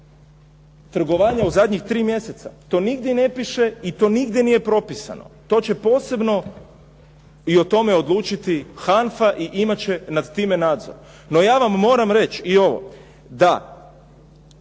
trgovanja u zadnjih tri mjeseca? To nigdje ne piše i to nigdje nije propisano, to će posebno i o tome odlučiti HANFA i imat će nad time nadzor. No, ja vam moram reći i ovo da